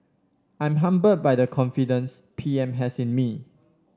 I'm humbled by the confidence P M has in me